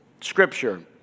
Scripture